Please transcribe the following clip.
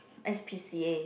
S_p_c_A